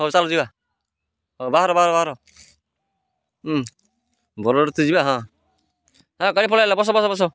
ହଉ ଚାଲ ଯିବା ହଁ ବାହାର ବାହାର ବାହାର ବରଗଡ଼ ତ ଯିବା ହଁ ହଁ ଗାଡ଼ି ପଳେଇଲା ବସ ବସ ବସ